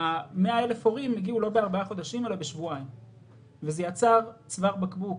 המספר הזה הגיע בשבועיים וזה יצר צוואר בקבוק